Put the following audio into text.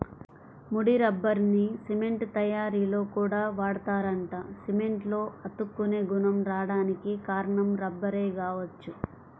ముడి రబ్బర్ని సిమెంట్ తయ్యారీలో కూడా వాడతారంట, సిమెంట్లో అతుక్కునే గుణం రాడానికి కారణం రబ్బరే గావచ్చు